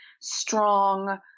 strong